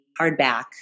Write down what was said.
hardback